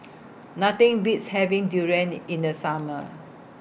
Nothing Beats having Durian in The Summer